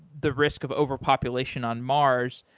the risk of overpopulation on mars,